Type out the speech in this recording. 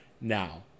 Now